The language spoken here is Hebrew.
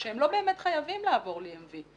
כשהם לא באמת חייבים לעבור ל-EMV.